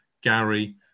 Gary